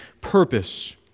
purpose